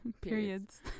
periods